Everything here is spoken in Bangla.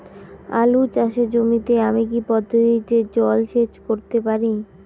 আলু চাষে জমিতে আমি কী পদ্ধতিতে জলসেচ করতে পারি?